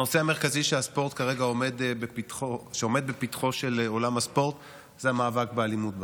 הנושא המרכזי שעומד בפתחו של עולם הספורט זה המאבק באלימות בספורט.